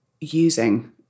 using